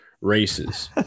races